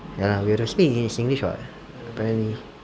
ya we have to speak in singlish [what] apparently